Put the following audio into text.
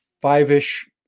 five-ish